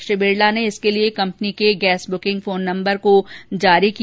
श्री बिरला ने इसके लिए कंपनी के गैस बुकिंग फोन नम्बर को जारी किया